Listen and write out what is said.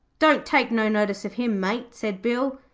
don't take no notice of him, mate said bill.